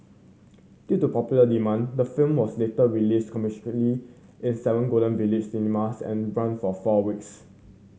due to popular demand the film was later released commercially in seven Golden Village cinemas and ran for four weeks